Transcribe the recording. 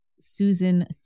Susan